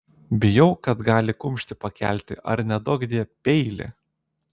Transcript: bijau kad gali kumštį pakelti ar neduokdie peilį